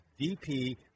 dp